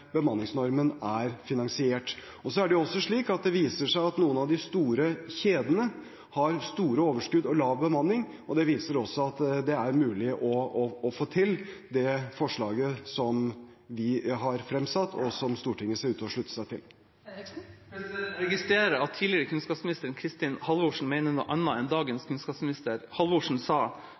bemanningsnormen er finansiert. Det viser seg at noen av de store kjedene har store overskudd og lav bemanning. Det viser også at det er mulig å få til det som står i forslaget som vi har fremsatt, og som Stortinget ser ut til å slutte seg til. Jeg registrerer at tidligere kunnskapsminister Kristin Halvorsen mener noe annet enn dagens kunnskapsminister. Halvorsen sa